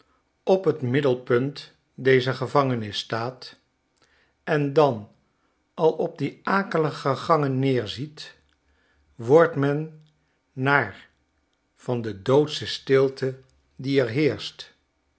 op t middelpunt dezer gevangenis staat en dan op al die akelige gangen neerziet wordt men naar van de doodsche stilte die er heerscht